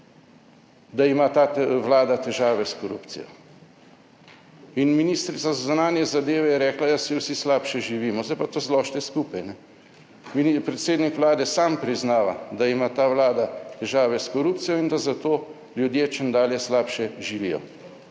da ima ta Vlada težave s korupcijo, in ministrica za zunanje zadeve je rekla, ja saj vsi slabše živimo, Zdaj pa to zložite skupaj. In predsednik Vlade sam priznava, da ima ta Vlada težave s korupcijo, in da za to ljudje čedalje slabše živijo.